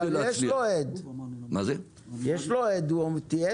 אבל יש לו עד, הוא תיעד את זה.